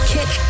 Kick